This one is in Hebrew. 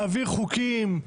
להעביר חוקים,